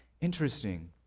Interesting